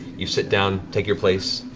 you sit down, take your place.